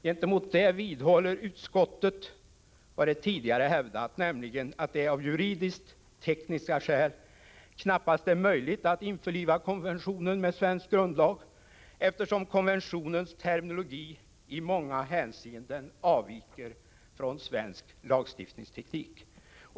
Gentemot det vidhåller utskottet vad det tidigare hävdat, nämligen att det av juridisk-tekniska skäl knappast är möjligt att införliva konventionen med svensk grundlag eftersom konventionens terminologi i många hänseenden avviker från svensk lagstiftningsteknik.